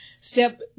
Step